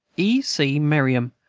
e. c. mermam,